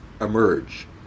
emerge